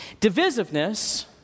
Divisiveness